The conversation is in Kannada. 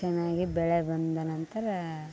ಚೆನ್ನಾಗಿ ಬೆಳೆ ಬಂದ ನಂತರ